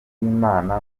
uwimana